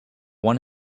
one